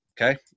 okay